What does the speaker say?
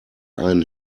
einen